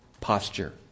posture